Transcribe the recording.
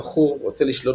המכור רוצה לשלוט